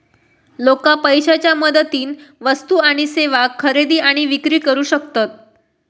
लोका पैशाच्या मदतीन वस्तू आणि सेवा खरेदी आणि विक्री करू शकतत